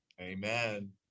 Amen